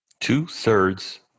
Two-thirds